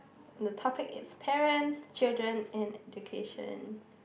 the topic is parents children and education